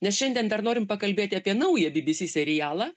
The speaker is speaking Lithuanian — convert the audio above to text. nes šiandien dar norim pakalbėti apie naują bbc serialą